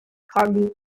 hardy